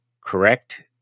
Correct